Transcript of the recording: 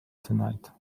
tonight